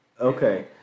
Okay